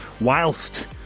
whilst